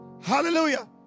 hallelujah